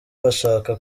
bashaka